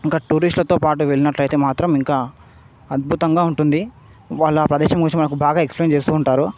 ఇంకా టూరిస్ట్లతో పాటు వెళ్ళినట్లయితే మాత్రం ఇంకా అద్భుతంగా ఉంటుంది వాళ్ళు ప్రదేశం గురించి మనకు బాగా ఎక్స్ప్లెయిన్ చేస్తూ ఉంటారు